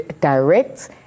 direct